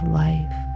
life